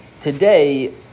today